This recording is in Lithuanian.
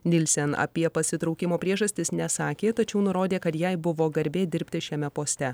nilsen apie pasitraukimo priežastis nesakė tačiau nurodė kad jai buvo garbė dirbti šiame poste